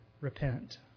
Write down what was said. repent